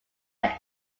are